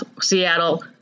Seattle